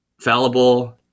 fallible